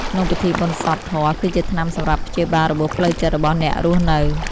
ក្នុងពិធីបុណ្យសព ធម៌គឺជាថ្នាំសម្រាប់ព្យាបាលរបួសផ្លូវចិត្តរបស់អ្នករស់នៅ។